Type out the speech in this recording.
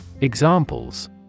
Examples